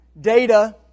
data